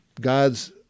God's